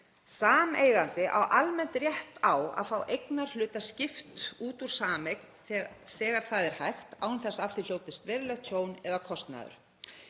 Sameigandi á almennt rétt á að fá eignarhluta skipt út úr sameign þegar það er hægt án þess að af því hljótist verulegt tjón eða kostnaður.